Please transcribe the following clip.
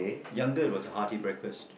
younger it was a hearty breakfast